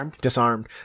disarmed